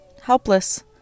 helpless